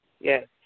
yes